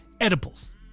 edibles